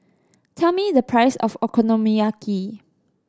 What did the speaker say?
tell me the price of Okonomiyaki